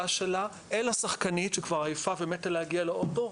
שלה אל השחקנית שכבר עייפה ומתה להגיע לאוטו,